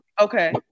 Okay